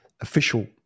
official